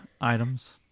items